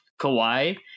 Kawhi